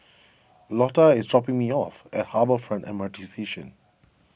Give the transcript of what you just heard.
Lotta is dropping me off at Harbour Front M R T Station